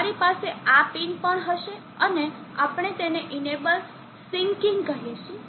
તમારી પાસે આ પિન પણ હશે અને આપણે તેને ઇનેબલ સીન્કિંગ કહીશું